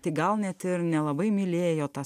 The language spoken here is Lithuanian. tai gal net ir nelabai mylėjo tą